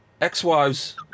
ex-wives